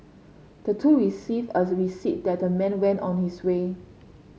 the two received as receipt and the man went on his way